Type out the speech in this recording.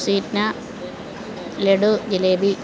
Sweetna laddu jalebi